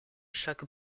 chaque